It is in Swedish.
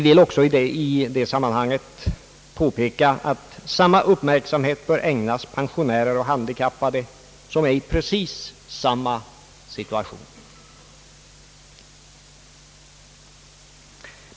I det sammanhanget vill vi även påpeka att samma uppmärksamhet bör ägnas pensionärer och handikappade vilka befinner sig i precis samma situation.